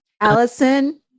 Allison